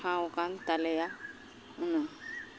ᱴᱷᱟᱶᱠᱟᱱ ᱛᱟᱞᱮᱭᱟ ᱚᱱᱟᱦᱚᱸ